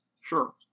Sure